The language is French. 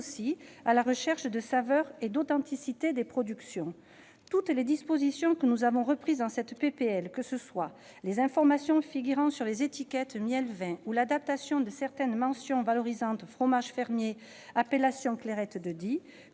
à la recherche de saveur et d'authenticité des productions. Toutes les dispositions que nous avons reprises dans cette proposition de loi, que ce soit les informations figurant sur les étiquettes- miel, vin -ou l'adaptation de certaines mentions valorisantes- fromage fermier, appellation Clairette de Die